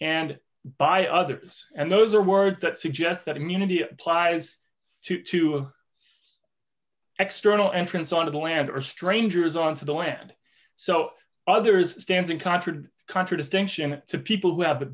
and by others and those are words that suggest that immunity applies to two of external entrance on to the land or strangers on to the land so others standing contradict contradistinction to people who have